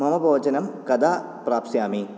मम भोजनं कदा प्राप्स्यामि